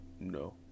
no